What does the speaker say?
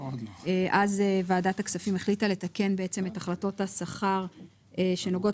אז ועדת הכספים החליטה לתקן בעצם את החלטות השכר שנוגעות